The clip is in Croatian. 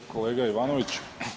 Kolega Ivanović.